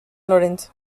lorenzo